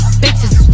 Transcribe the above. bitches